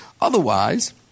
Otherwise